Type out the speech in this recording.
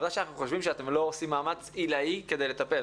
שאנחנו חושבים שאתם עושים מאמץ עילאי כדי לטפל,